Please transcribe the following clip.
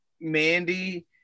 Mandy